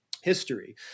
history